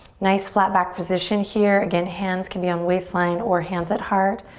nice flat back position here. again, hands can be on waistline or hands at heart.